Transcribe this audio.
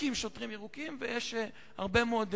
מכים שוטרים ירוקים, ויש הרבה מאוד דוגמאות,